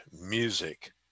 music